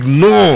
no